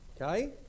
Okay